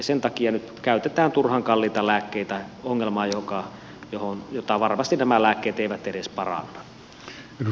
sen takia nyt käytetään turhan kalliita lääkkeitä ongelmaan jota varmasti nämä lääkkeet eivät edes paranna